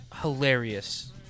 hilarious